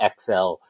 XL